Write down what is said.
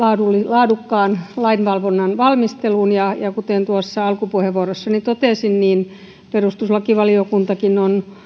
laadukkaan lainvalmistelun valvontaan kuten alkupuheenvuorossani totesin perustuslakivaliokuntakin